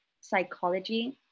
psychology